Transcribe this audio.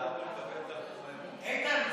איתן,